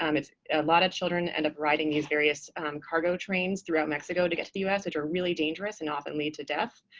um lot of children end up riding these various cargo trains throughout mexico to get to the us, which are really dangerous and often lead to death.